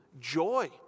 joy